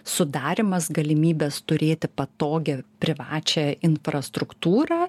sudarymas galimybės turėti patogią privačią infrastruktūrą